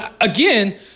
again